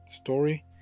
story